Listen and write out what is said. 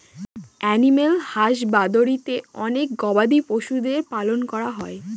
animal হাসবাদরীতে অনেক গবাদি পশুদের পালন করা হয়